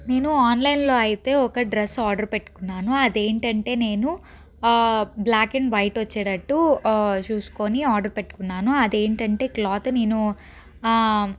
నేను ఆన్లైన్లో అయితే ఒక డ్రెస్ ఆర్డర్ పెట్టుకున్నాను అదేంటంటే నేను బ్లాక్ అండ్ వైట్ వచ్చేటట్టు చూసుకొని ఆర్డర్ పెట్టుకున్నాను అదేంటంటే క్లాత్ నేను